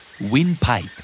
Windpipe